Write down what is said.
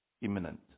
Imminent